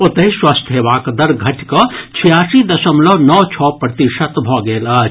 ओतहि स्वस्थ हेबाक दर घटि कऽ छियासी दशमलव नओ छओ प्रतिशत भऽ गेल अछि